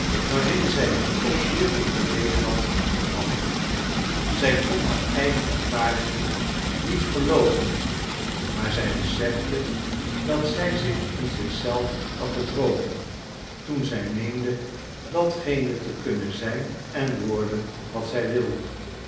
waarin zij tot hiertoe geleefd had veranderd zij kon haar eigen ervaringen niet verloochenen maar zij besefte dat zij zich in zich zelf had bedrogen toen zij meende datgene te kunnen zijn en worden wat zij wilde